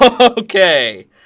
Okay